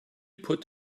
put